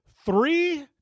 Three